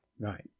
Right